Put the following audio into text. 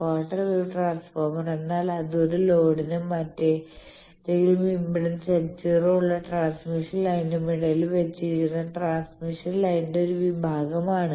quarter wave transformer എന്നാൽ അത് ഒരു ലോഡിനും മറ്റേതെങ്കിലും ഇംപെഡൻസ് Z0 ഉള്ള ട്രാൻസ്മിഷൻ ലൈനിനുമിടയിൽ വെച്ചിരിക്കുന്ന ട്രാൻസ്മിഷൻ ലൈനിന്റെ ഒരു വിഭാഗമാണ്